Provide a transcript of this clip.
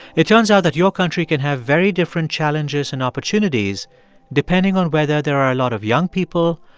it turns out that your country can have very different challenges and opportunities depending on whether there are a lot of young people,